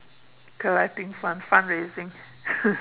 collecting fund fund raising